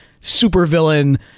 supervillain